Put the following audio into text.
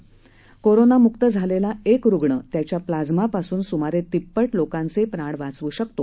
ते म्हणाले करोनामुक्त झालेला एक रुगण त्याच्या प्लाझ्मापासून सूमारे तिप्पट लोकांचे प्राण वाचू शकतो